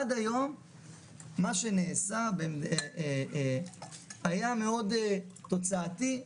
עד היום מה שנעשה היה מאוד תוצאתי,